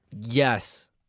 Yes